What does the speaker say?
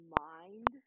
mind